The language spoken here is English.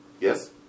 Yes